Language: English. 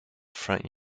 front